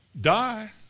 die